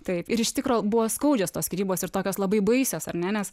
taip ir iš tikro buvo skaudžios tos skyrybos ir tokios labai baisios ar ne nes